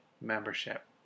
membership